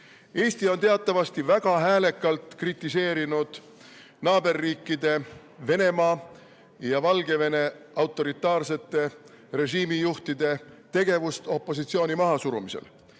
Eesti on teatavasti väga häälekalt kritiseerinud naaberriikide Venemaa ja Valgevene autoritaarsete režiimide juhtide tegevust opositsiooni mahasurumisel.